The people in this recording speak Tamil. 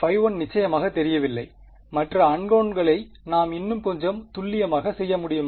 ϕ1 நிச்சயமாக தெரியவில்லை மற்ற அன்நோவ்ன்களை நாம் இன்னும் கொஞ்சம் துல்லியமாக செய்ய முடியுமா